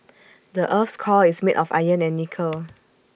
the Earth's core is made of iron and nickel